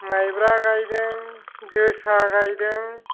मायब्रा गायदों जोसा गायदों